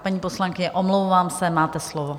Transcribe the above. Paní poslankyně, omlouvám se, máte slovo.